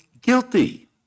guilty